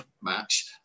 match